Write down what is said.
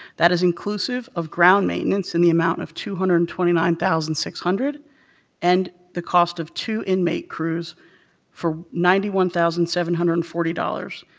that is inclusive of ground maintenance in the amount of two hundred and twenty nine thousand six hundred dollars and the cost of two inmate crews for ninety one thousand seven hundred and forty dollars.